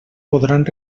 podran